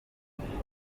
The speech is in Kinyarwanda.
françois